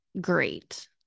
great